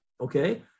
okay